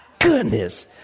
goodness